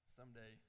Someday